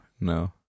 no